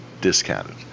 discounted